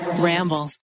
ramble